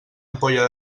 ampolla